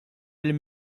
lill